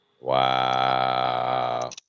Wow